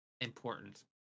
important